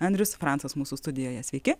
andrius francas mūsų studijoje sveiki